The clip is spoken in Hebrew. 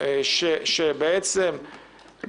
שלדעתי ברור שהמקרה דנן,